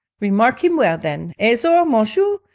remark him well, then. azor, mon chou,